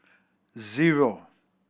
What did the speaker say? zero